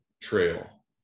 trail